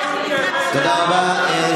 תודה רבה.